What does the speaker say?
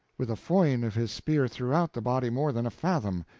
with a foin of his spear throughout the body more than a fathom.